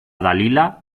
dalila